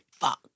fuck